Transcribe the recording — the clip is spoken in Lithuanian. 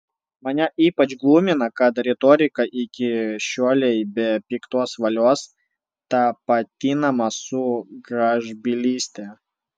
mane ypač glumina kad retorika iki šiolei be piktos valios tapatinama su gražbylyste